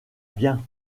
bien